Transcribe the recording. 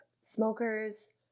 smokers